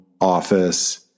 office